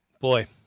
boy